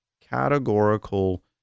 categorical